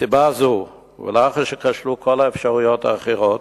מסיבה זו, ולאחר שכשלו כל האפשרויות האחרות,